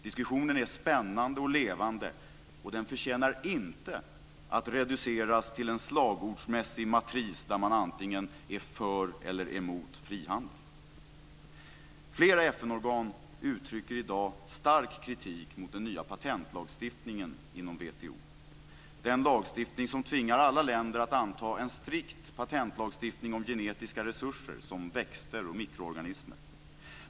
Diskussionen är spännande och levande, och den förtjänar inte att reduceras till en slagordsmässig matris där man antingen är för eller emot frihandel. Flera FN-organ uttrycker i dag stark kritik mot den nya patentlagstiftningen inom WTO. Det är en lagstiftning som tvingar alla länder att anta en strikt patentlagstiftning om genetiska resurser som växter och mikroorganismer.